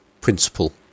principle